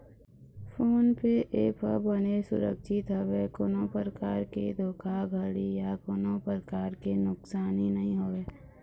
phone पे app ह बनेच सुरक्छित हवय कोनो परकार के धोखाघड़ी या कोनो परकार के नुकसानी नइ होवय